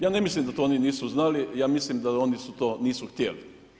Ja ne mislim da to oni nisu znali, ja mislim da oni to nisu htjeli.